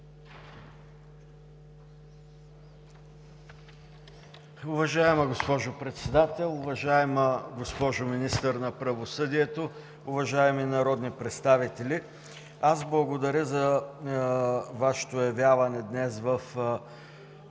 Уважаема госпожо Председател, уважаема госпожо Министър на правосъдието, уважаеми народни представители! Благодаря за Вашето явяване днес в